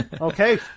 Okay